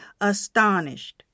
astonished